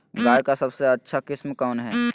गाय का सबसे अच्छा किस्म कौन हैं?